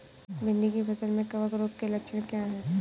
भिंडी की फसल में कवक रोग के लक्षण क्या है?